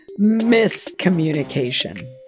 miscommunication